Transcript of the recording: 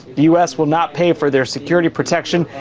the u s. will not pay for their security protection.